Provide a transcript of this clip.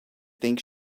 think